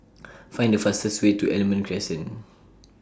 Find The fastest Way to Almond Crescent